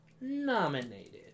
nominated